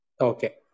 Okay